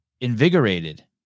invigorated